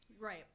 Right